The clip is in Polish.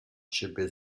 ciebie